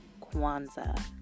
Kwanzaa